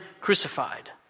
crucified